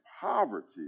poverty